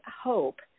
hope